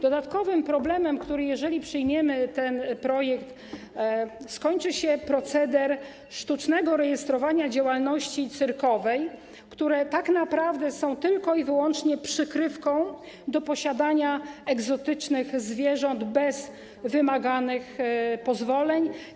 Dodatkowym problemem, który - jeżeli przyjmiemy ten projekt - się skończy, jest proceder sztucznego rejestrowania działalności cyrkowych, które tak naprawdę są tylko i wyłącznie przykrywką dla posiadania egzotycznych zwierząt bez wymaganych pozwoleń.